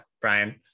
Brian